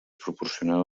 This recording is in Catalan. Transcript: proporcional